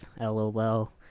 LOL